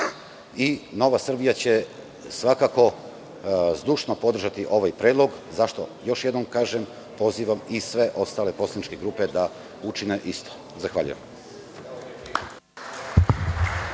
i Nova Srbija će svakako zdušno podržati ovaj predlog. Još jednom kažem, pozivam i sve ostale poslaničke grupe da učine isto. Zahvaljujem.